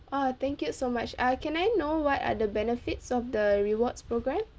ah thank you so much uh can I know what are the benefits of the rewards programme